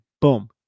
boom